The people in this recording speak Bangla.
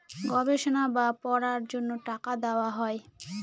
গবেষণা বা পড়ার জন্য টাকা দেওয়া হয়